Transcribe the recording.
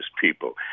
people